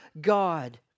God